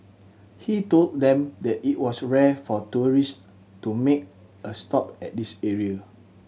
he told them that it was rare for tourist to make a stop at this area